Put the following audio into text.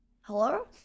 Hello